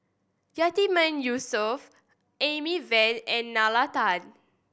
Yatiman Yusof Amy Van and Nalla Tan